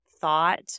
thought